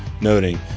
noting